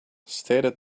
stated